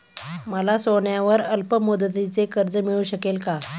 मला सोन्यावर अल्पमुदतीचे कर्ज मिळू शकेल का?